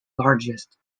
largest